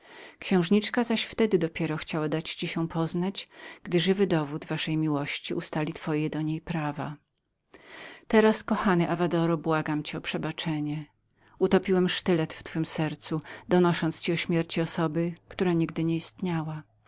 księżniczka zaś wtedy dopiero chciała dać ci się poznać gdy zakład miłości ustali twoje do niej prawa tu kochany avadoro ja błagam twego przebaczenia utopiłem sztylet w twem sercu donosząc ci o śmierci osoby która nigdy nie istniała